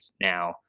now